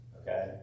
Okay